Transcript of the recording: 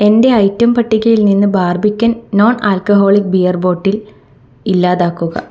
എന്റെ ഐറ്റം പട്ടികയിൽ നിന്ന് Barbican non alcoholic beer bottle ഇല്ലാതാക്കുക